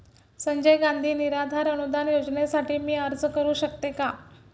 संजय गांधी निराधार अनुदान योजनेसाठी मी अर्ज करू शकते का?